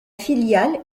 filiale